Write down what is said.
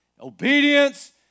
obedience